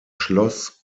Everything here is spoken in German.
schloss